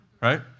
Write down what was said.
right